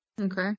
okay